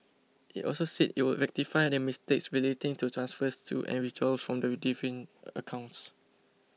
it also said it would rectify the mistakes relating to transfers to and withdrawals from the different accounts